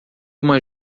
uma